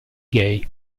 gay